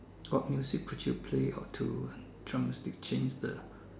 what music could you play or do the drastic change the